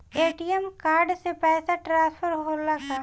ATM card से पैसा transfer होला का?